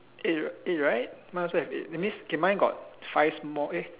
eight eight right mine also have eight that means K mine got five small eh